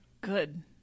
Good